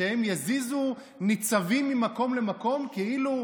שהם יזיזו ניצבים ממקום למקום כאילו,